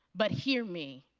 but hear me,